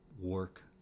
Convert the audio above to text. work